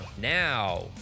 Now